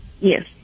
Yes